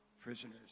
prisoners